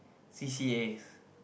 c_c_as